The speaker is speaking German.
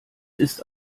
ist